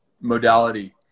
modality